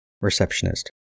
Receptionist